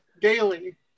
daily